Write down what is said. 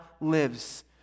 lives